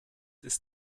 ist